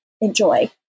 enjoy